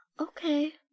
Okay